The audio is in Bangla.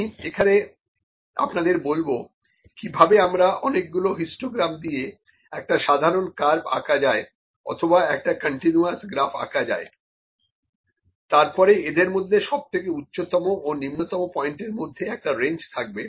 আমি এখানে আপনাদের বলবো কিভাবে আমরা অনেকগুলো হিস্টোগ্রাম দিয়ে একটা সাধারণ কার্ভ আঁকা যায় অথবা একটা কন্টিনিউয়াস গ্রাফ আঁকা যায় তার পরে এদের মধ্যে সব থেকে উচ্চতম ও নিম্নতম পয়েন্টের মধ্যে একটা রেঞ্জ থাকবে